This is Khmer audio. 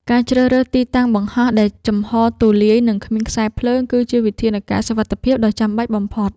ការជ្រើសរើសទីតាំងបង្ហោះដែលចំហរទូលាយ និងគ្មានខ្សែភ្លើង គឺជាវិធានការសុវត្ថិភាពដ៏ចាំបាច់បំផុត។